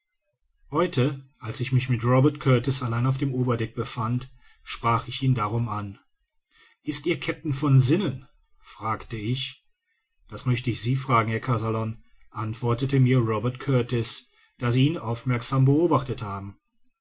heute als ich mich mit robert kurtis allein auf dem oberdeck befand sprach ich ihn darum an ist ihr kapitän von sinnen fragte ich das möchte ich sie fragen herr kazallon antwortete mir robert kurtis da sie ihn aufmerksam beobachtet haben